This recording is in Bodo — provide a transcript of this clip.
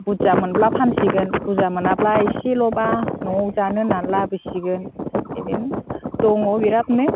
बुरजा मोनोब्ला फानसिगोन बुरजा मोनाब्ला इसेल'ब्ला न'आवव जानो होननानै लाबोसिगोन बिदिनो दङ बिरादनो